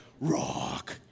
Rock